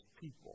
people